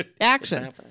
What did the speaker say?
Action